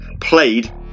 played